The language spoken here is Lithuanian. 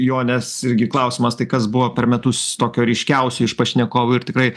jonės irgi klausimas tai kas buvo per metus tokio ryškiausio iš pašnekovų ir tikrai